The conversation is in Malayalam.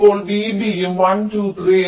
ഇപ്പോൾ vB യും 1 2 3